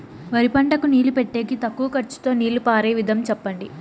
వరి పంటకు నీళ్లు పెట్టేకి తక్కువ ఖర్చుతో నీళ్లు పారే విధం చెప్పండి?